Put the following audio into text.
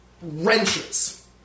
wrenches